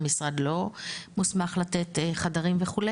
המשרד לא מוסמך לתת חדרים וכו',